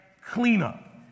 cleanup